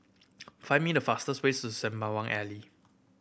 find me the fastest ways Sembawang Alley